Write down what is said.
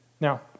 Now